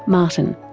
martin.